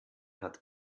hat